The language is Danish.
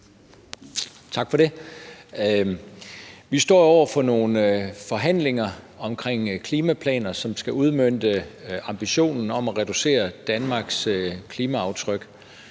Tak for det. Vi står over for nogle forhandlinger om klimaplaner, som skal udmønte ambitionen om at reducere Danmarks klimaaftryk.